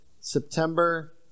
September